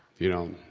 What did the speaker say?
you know,